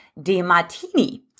Demartini